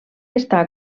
està